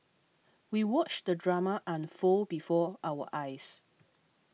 we watched the drama unfold before our eyes